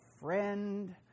friend